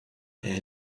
and